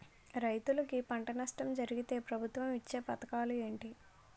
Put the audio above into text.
రైతులుకి పంట నష్టం జరిగితే ప్రభుత్వం ఇచ్చా పథకాలు ఏంటి?